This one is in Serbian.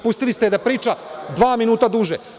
Pustili ste je da priča dva minuta duže.